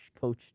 coach